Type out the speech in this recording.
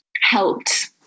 helped